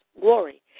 glory